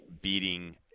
beating